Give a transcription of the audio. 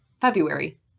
February